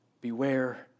beware